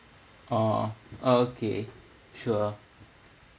oh okay sure